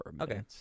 okay